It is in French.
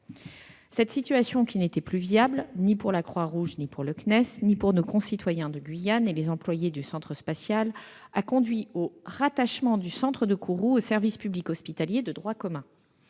Cette situation, qui n'était plus viable ni pour la Croix-Rouge, ni pour le CNES, ni pour nos concitoyens de Guyane et les employés du centre spatial, a conduit au rattachement du centre de Kourou au service public hospitalier de droit commun.